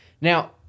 Now